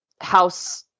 house